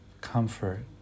comfort